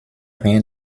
rien